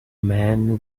man